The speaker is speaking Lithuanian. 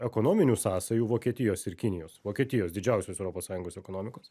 ekonominių sąsajų vokietijos ir kinijos vokietijos didžiausios europos sąjungos ekonomikos